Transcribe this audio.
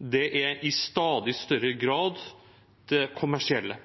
men det er i stadig større grad de kommersielle.